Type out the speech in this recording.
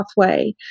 pathway